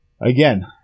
again